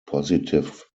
positive